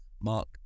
Mark